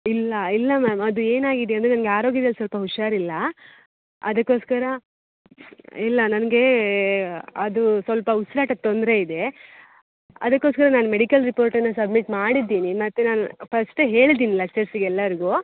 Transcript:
ಇಲ್ಲ ಇಲ್ಲ ಮ್ಯಾಮ್ ಅದು ಏನಾಗಿದೆ ಅಂದರೆ ನನಗೆ ಆರೋಗ್ಯದಲ್ಲಿ ಸ್ವಲ್ಪ ಹುಷಾರಿಲ್ಲ ಅದಕ್ಕೋಸ್ಕರ ಇಲ್ಲ ನನಗೆ ಅದು ಸ್ವಲ್ಪ ಉಸಿರಾಟದ ತೊಂದರೆ ಇದೆ ಅದಕ್ಕೋಸ್ಕರ ನಾನು ಮೆಡಿಕಲ್ ರಿಪೋರ್ಟನ್ನು ಸಬ್ಮಿಟ್ ಮಾಡಿದ್ದೀನಿ ಮತ್ತು ನಾನು ಫಸ್ಟೇ ಹೇಳಿದೀನಿ ಲೆಚ್ಚರ್ಸಿಗೆ ಎಲ್ಲರಿಗೂ